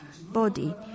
body